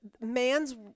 man's